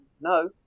No